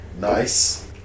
Nice